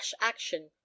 action